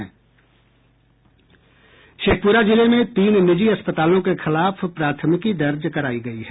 शेखपुरा जिले में तीन निजी अस्पतालों के खिलाफ प्राथमिकी दर्ज कराया गया है